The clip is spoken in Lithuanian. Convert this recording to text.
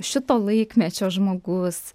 šito laikmečio žmogus